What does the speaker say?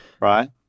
Right